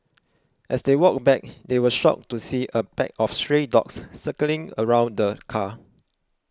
as they walked back they were shocked to see a pack of stray dogs circling around the car